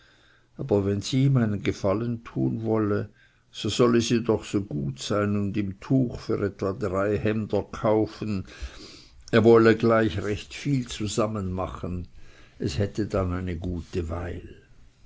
aber wenn sie ihm einen gefallen tun wolle so solle sie doch so gut sein und ihm tuch für etwa drei hemder kaufen er wolle gleich recht viel zusammen machen lassen es hätts dann eine gute weil